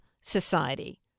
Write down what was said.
society